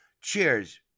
Cheers